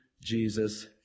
Jesus